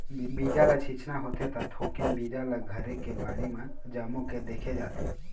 बीजा ल छिचना होथे त थोकिन बीजा ल घरे के बाड़ी म जमो के देखे जाथे